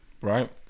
right